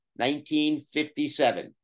1957